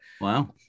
Wow